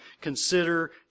consider